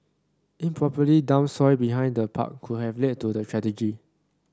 improperly dumped soil behind the park could have led to the tragedy